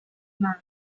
men